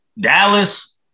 Dallas